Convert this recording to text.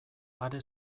are